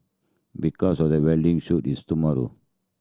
because of the wedding shoot is tomorrow